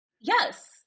yes